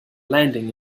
landing